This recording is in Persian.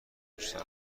بیشتر